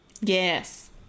Yes